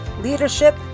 leadership